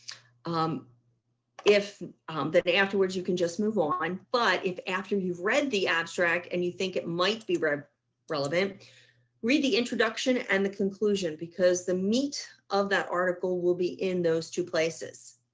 um if that the afterwards. you can just move on. but if, after you've read the abstract and you think it might be read relevant read the introduction and the conclusion because the meat of that article will be in those two places.